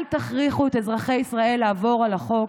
אל תכריחו את אזרחי ישראל לעבור על החוק,